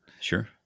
Sure